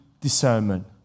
discernment